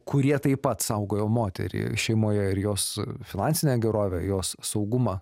kurie taip pat saugojo moterį šeimoje ir jos finansinę gerovę jos saugumą